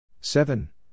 seven